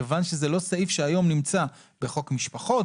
כיוון שזה לא סעיף שהיום נמצא בחוק משפחות,